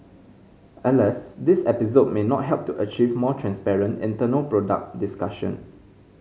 alas this episode may not help to achieve more transparent internal product discussion